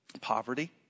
Poverty